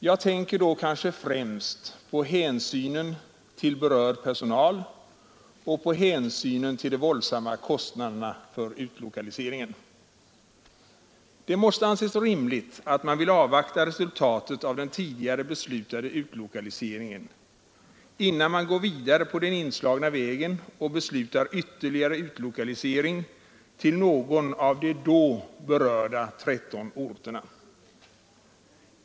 Jag tänker då främst på hänsynen till berörd personal och på hänsynen till de våldsamma kostnaderna för utlokaliseringen. Det måste anses rimligt att man vill avvakta resultatet av den tidigare beslutade utlokaliseringen innan man går vidare på den inslagna vägen och beslutar ytterligare utlokalisering till någon av de då berörda tretton orterna.